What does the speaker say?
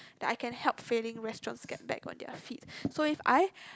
that I can help failing restaurants get back on their feet so if I